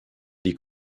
die